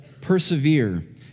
persevere